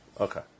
Okay